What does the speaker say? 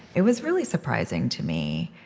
it was really surprising to me,